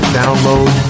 download